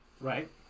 Right